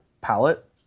palette